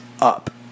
up